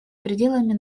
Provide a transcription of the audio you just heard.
пределами